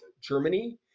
Germany